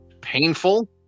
painful